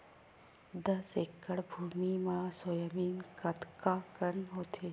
दस एकड़ भुमि म सोयाबीन कतका कन होथे?